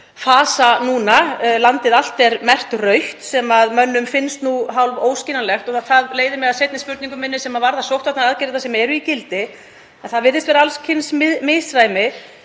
núna. Landið allt er merkt rautt sem mönnum finnst hálf óskiljanlegt og það leiðir mig að seinni spurningu minni sem varðar sóttvarnaaðgerðirnar sem eru í gildi. Það virðist vera alls kyns misræmi